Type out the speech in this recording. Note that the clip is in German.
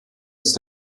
ist